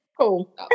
Cool